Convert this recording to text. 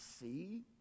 see